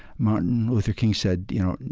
martin luther king said, you know,